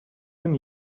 than